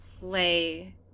play